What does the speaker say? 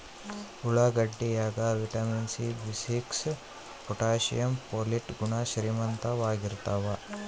ಉಳ್ಳಾಗಡ್ಡಿ ಯಾಗ vitamin C B six potassium folate ಗುಣ ಶ್ರೀಮಂತವಾಗಿರ್ತಾವ